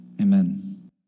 Amen